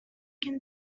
can